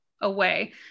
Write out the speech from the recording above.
away